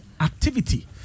activity